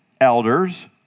elders